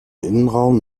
innenraum